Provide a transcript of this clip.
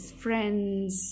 friends